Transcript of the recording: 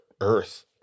earth